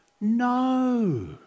no